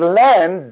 land